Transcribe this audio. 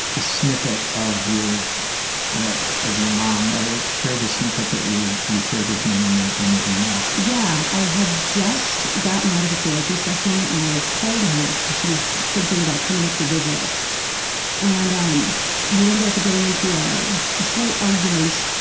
a snippet of your of your mom. ah share the snippet that you you shared with me in the and the emailsr yeah, i had gotten out of a therapy session and i called her cause she was thinking about coming to visit us and um we ended up getting into ah a slight argument,